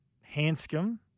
Hanscom